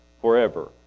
forever